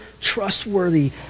trustworthy